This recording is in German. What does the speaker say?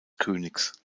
königs